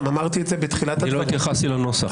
גם אמרתי את זה בתחילת הדברים --- אני לא התייחסתי לנוסח.